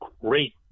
great